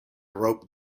rope